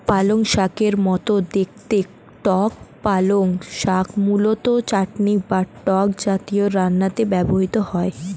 পালংশাকের মতো দেখতে টক পালং শাক মূলত চাটনি বা টক জাতীয় রান্নাতে ব্যবহৃত হয়